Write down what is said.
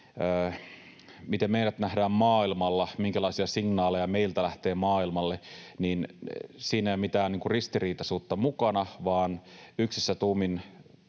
miten meidät nähdään maailmalla, minkälaisia signaaleja meiltä lähtee maailmalle, eli siinä ei ole mitään ristiriitaisuutta mukana, vaan yksissä tuumin